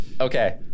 Okay